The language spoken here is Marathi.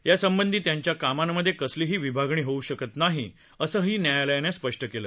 या संबंधी त्यांच्या कामांमध्ये कसलीही विभागणी होऊ शकत नाही असंही न्यायालयानं स्पष्ट केलं